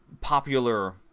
popular